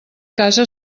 casa